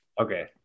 Okay